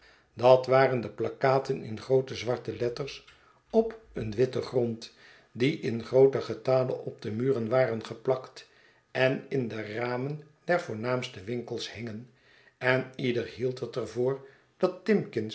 dat waren de plakkaten in groote zwarte letters op een witten grond die in grooten getale op de muren waren geplakt en in de ramen der voornaamste winkels hingen en ieder hield het er voor dat